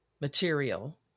material